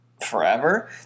forever